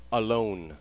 alone